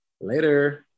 Later